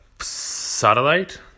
satellite